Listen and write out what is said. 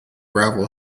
gravel